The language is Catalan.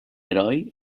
heroi